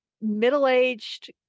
middle-aged